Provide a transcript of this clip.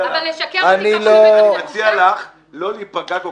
-- ובדרך כלל זה לא נעשה על ידי מנגנון ולא על ידי תקנון,